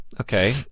Okay